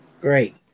Great